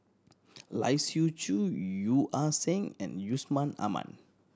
Lai Siu Chiu Yeo Ah Seng and Yusman Aman